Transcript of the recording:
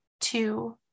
two